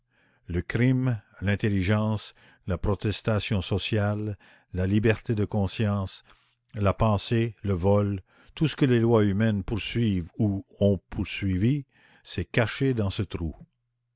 le crime l'intelligence la protestation sociale la liberté de conscience la pensée le vol tout ce que les lois humaines poursuivent ou ont poursuivi s'est caché dans ce trou